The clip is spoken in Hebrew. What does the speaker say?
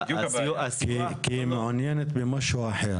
כי היא מעוניינת במשהו אחר.